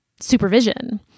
supervision